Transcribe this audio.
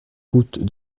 route